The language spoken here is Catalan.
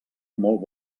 molt